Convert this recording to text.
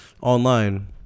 online